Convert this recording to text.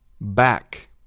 Back